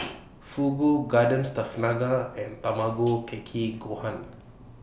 Fugu Garden Stuff Naga and Tamago Kake Gohan